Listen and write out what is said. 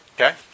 Okay